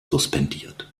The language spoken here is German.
suspendiert